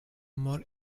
more